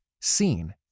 seen